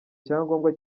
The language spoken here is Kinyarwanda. icyangombwa